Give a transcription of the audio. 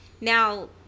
now